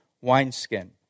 wineskin